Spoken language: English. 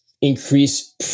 increase